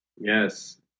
Yes